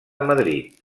madrid